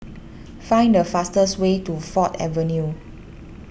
find the fastest way to Ford Avenue